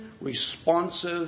responsive